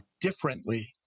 differently